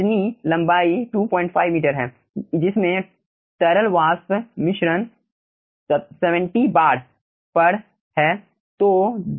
इतनी लंबाई 25 मीटर है जिसमें तरल वाष्प मिश्रण 70 बार पर है